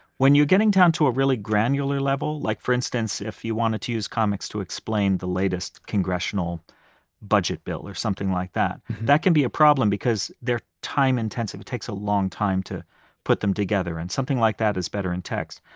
when you're getting down to a really granular level, like for instance, if you wanted to use comics to explain the latest congressional budget bill, or something like that, that can be a problem because they're time intensive. it takes a long time to put them together, and something like that is better in text.